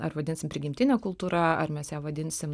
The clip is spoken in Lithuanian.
ar vadinsim prigimtine kultūra ar mes ją vadinsim